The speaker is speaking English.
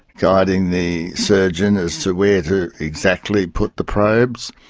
guiding the surgeon as to where to exactly put the probes,